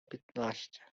piętnaście